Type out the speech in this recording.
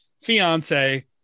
fiance